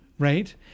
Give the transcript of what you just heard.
Right